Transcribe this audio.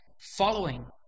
following